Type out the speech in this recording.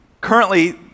Currently